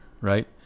right